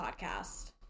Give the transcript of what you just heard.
podcast